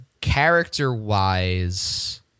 character-wise